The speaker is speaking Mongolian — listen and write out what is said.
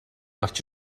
гарч